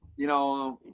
you know,